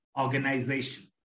organization